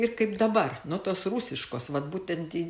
ir kaip dabar nu tos rusiškos vat būtent